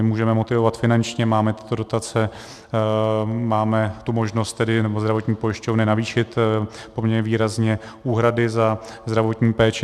Můžeme motivovat finančně, máme tyto dotace, máme možnost, nebo zdravotní pojišťovny, navýšit poměrně výrazně úhrady za zdravotní péči.